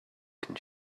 can